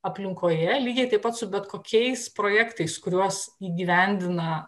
aplinkoje lygiai taip pat su bet kokiais projektais kuriuos įgyvendina